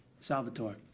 salvatore